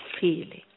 feeling